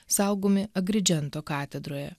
saugomi agridžento katedroje